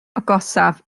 agosaf